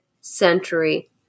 century